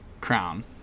Crown